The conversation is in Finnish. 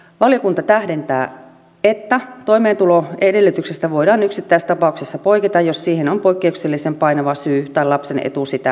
valiokunta tähdentää että toimeentuloedellytyksestä voidaan yksittäistapauksessa poiketa jos siihen on poikkeuksellisen painava syy tai lapsen etu sitä vaatii